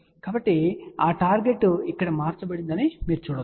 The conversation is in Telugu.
కాబట్టి ఆ టార్గెట్ ఇక్కడ మార్చబడిందని మీరు చూడవచ్చు